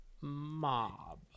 mob